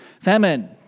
famine